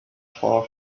far